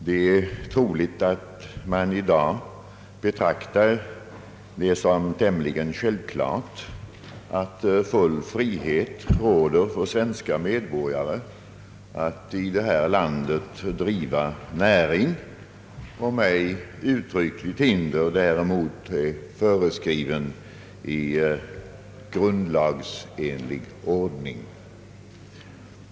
Det är troligt att man i dag betraktar det som tämligen självklart att full frihet råder för svenska medborgare att här i landet driva näring, om ej uttryckligt hinder däremot är föreskrivet i grundlagsenlig ordning.